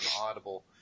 Audible